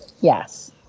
Yes